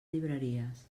llibreries